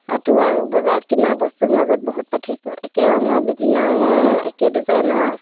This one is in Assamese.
তাতো আৰু বজাৰত কিনা বস্তুৰ মাজত বহুত পাৰ্থক্য একে ৰঙৰ বিভিন্ন ৰঙৰ একে ডিজাইনৰ